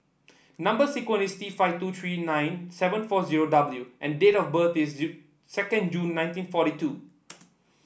number sequence is T five two three nine seven four zero W and date of birth is second June nineteen forty two